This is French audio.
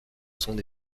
son